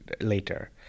later